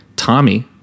Tommy